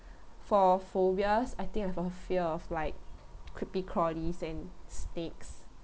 for phobias I think I have got a fear of like creepy crawlies and snakes